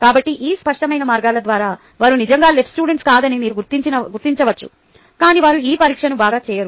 కాబట్టి ఈ స్పష్టమైన మార్గాల ద్వారా వారు నిజంగా LS కాదని మీరు గుర్తించవచ్చు కాని వారు ఆ పరీక్షను బాగా చేయరు